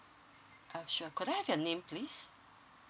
uh sure could I have your name please